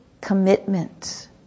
commitment